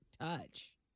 touch